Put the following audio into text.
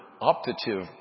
optative